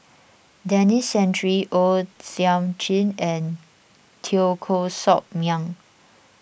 Denis Santry O Thiam Chin and Teo Koh Sock Miang